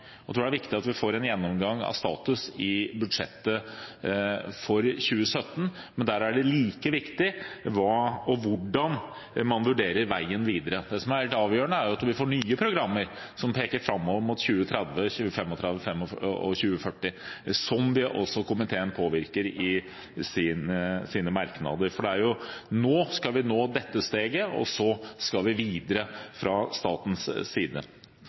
av status i budsjettet for 2017. Men det er like viktig hvordan man vurderer veien videre. Det som er helt avgjørende, er at vi får nye programmer som peker framover mot 2030, 2035 og 2040, som komiteen påpeker i sine merknader. Nå skal vi nå dette steget, og så skal vi videre fra statens side.